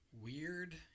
weird